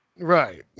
Right